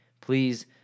Please